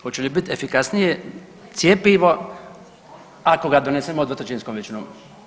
Hoće li bit efikasnije cjepivo ako ga donesemo dvotrećinskom većinom?